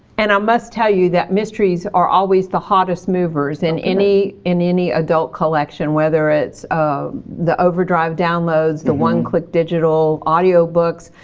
and i must tell you that mysteries are always the hottest movers in any in any adult collection, whether it's the overdrive downloads, the one click digital audiobooks,